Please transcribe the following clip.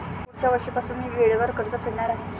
पुढच्या वर्षीपासून मी वेळेवर कर्ज फेडणार आहे